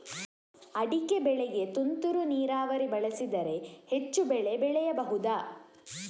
ಅಡಿಕೆ ಬೆಳೆಗೆ ತುಂತುರು ನೀರಾವರಿ ಬಳಸಿದರೆ ಹೆಚ್ಚು ಬೆಳೆ ಬೆಳೆಯಬಹುದಾ?